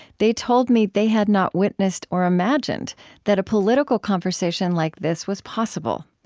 they told me they had not witnessed or imagined that a political conversation like this was possible.